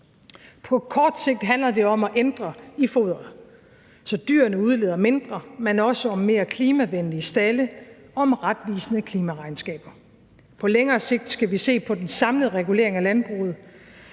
På kort sigt handler det om at ændre i foderet, så dyrene udleder mindre CO2, men også om mere klimavenlige stalde og om retvisende klimaregnskaber. På længere sigt skal vi se på den samlede regulering af landbruget